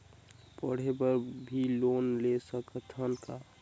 पढ़े बर भी लोन ले सकत हन का?